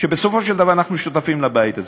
בסופו של דבר אנחנו שותפים לבית הזה.